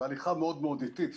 וההליכה מאוד מאוד אטית,